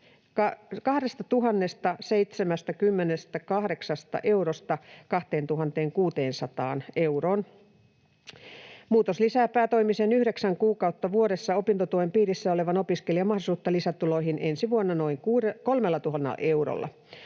2 078 eurosta 2 600 euroon. Muutos lisää päätoimisen, yhdeksän kuukautta vuodessa opintotuen piirissä olevan opiskelijan mahdollisuutta lisätuloihin ensi vuonna noin 3 000 eurolla.